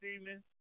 evening